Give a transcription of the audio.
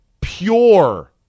pure